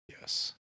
yes